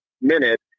minute